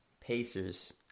Pacers